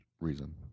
reason